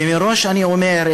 ומראש אני אומר,